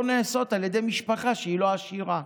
נעשות על ידי משפחה שהיא לא עשירה,